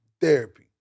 therapy